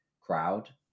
crowd